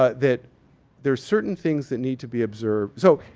ah that there's certain things that need to be observed. so,